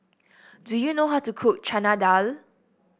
do you know how to cook Chana Dal